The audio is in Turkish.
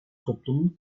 toplumun